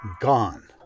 Gone